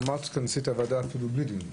את אמרת שתכנסי את הוועדה אפילו בלי דיון.